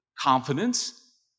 confidence